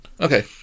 Okay